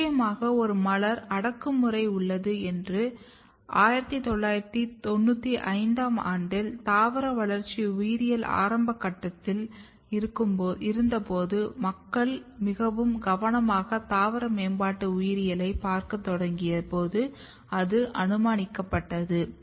நிச்சயமாக ஒரு மலர் அடக்குமுறை உள்ளது என்று 1995 ஆம் ஆண்டில் தாவர வளர்ச்சி உயிரியல் ஆரம்ப கட்டத்தில் இருந்தபோதும் மக்கள் மிகவும் கவனமாக தாவர மேம்பாட்டு உயிரியலைப் பார்க்கத் தொடங்கியபோது இது அனுமானிக்கப்பட்டது